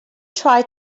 tried